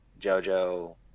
JoJo